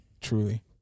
truly